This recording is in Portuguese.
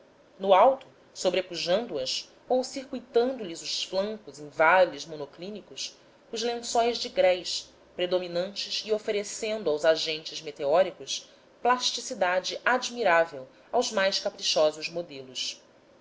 no alto sobrepujando as ou circuitando lhes os flancos em vales monoclínicos os lençóis de grés predominantes e oferecendo aos agentes meteóricos plasticidade admirável aos mais caprichosos modelos